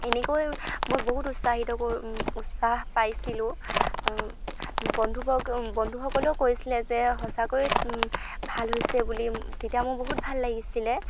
এনেকৈ মই বহুত উৎসাহিত কৰি উৎসাহ পাইছিলোঁ বন্ধুবৰ্গ বন্ধুসকলেও কৈছিলে যে সঁচাকৈয়ে ভাল হৈছে বুলি তেতিয়া মোৰ বহুত ভাল লাগিছিলে